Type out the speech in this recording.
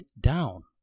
down